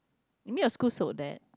you mean your school sold that